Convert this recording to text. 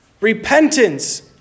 Repentance